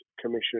Commission